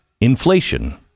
Inflation